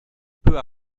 peut